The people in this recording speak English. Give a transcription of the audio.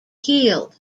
healed